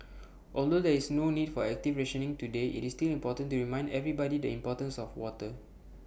although there is no need for active rationing today IT is important to remind everybody the importance of water